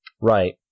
Right